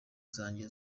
zanjye